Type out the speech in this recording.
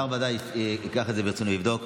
השר ודאי ייקח את זה ברצינות ויבדוק.